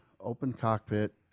open-cockpit